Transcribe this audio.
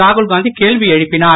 ராகுல்காந்தி கேள்வி எழுப்பினார்